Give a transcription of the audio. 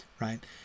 right